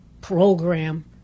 program